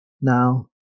Now